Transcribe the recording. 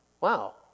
Wow